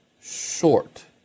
short